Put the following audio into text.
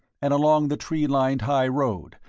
and along the tree-lined high road,